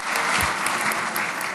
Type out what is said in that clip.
(מחיאות כפיים)